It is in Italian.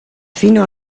fino